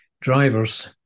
drivers